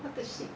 what the shit